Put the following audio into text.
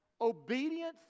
obedience